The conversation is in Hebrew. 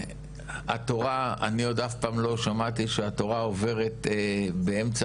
אני עוד אף פעם לא שמעתי שהתורה עוברת באמצע